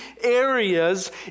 areas